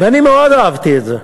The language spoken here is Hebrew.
ואני מאוד אהבתי את זה.